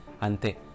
Ante